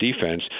defense